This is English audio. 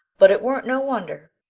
but it weren't no wonder,